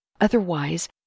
Otherwise